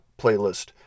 playlist